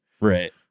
Right